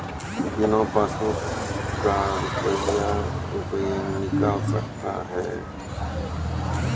बिना पासबुक का रुपये निकल सकता हैं?